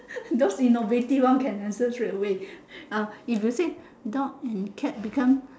those innovative one can answer straightaway ah if you say dog and cat become